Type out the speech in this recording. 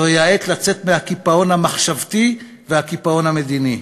זו העת לצאת מהקיפאון המחשבתי והקיפאון המדיני.